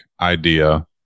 idea